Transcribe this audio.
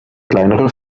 kleinere